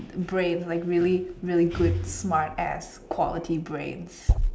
brains like really really good smart ass quality brains